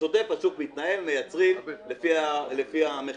בשוטף השוק מתנהל, מייצרים לפי המחירים.